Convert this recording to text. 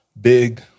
big